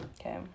Okay